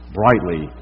brightly